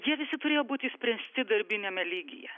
jie visi turėjo būti išspręsti darbiniame lygyje